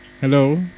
Hello